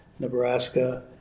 Nebraska